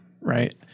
Right